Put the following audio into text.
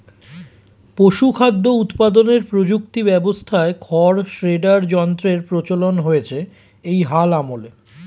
পশুখাদ্য উৎপাদনের প্রযুক্তি ব্যবস্থায় খড় শ্রেডার যন্ত্রের প্রচলন হয়েছে এই হাল আমলে